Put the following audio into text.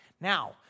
Now